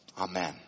Amen